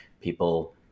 people